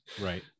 right